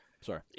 Sorry